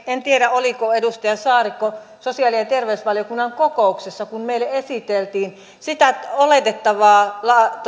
en tiedä oliko edustaja saarikko sosiaali ja terveysvaliokunnan kokouksessa kun meille esiteltiin sitä oletettavaa